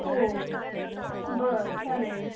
हो बरं चालेल